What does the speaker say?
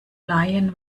laien